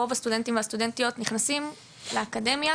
רוב הסטודנטים והסטודנטיות נכנסים לאקדמיה